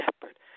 shepherd